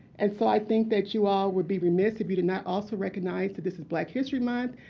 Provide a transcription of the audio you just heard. and so i think that you all would be remiss if you did not also recognize that this is black history month.